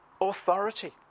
authority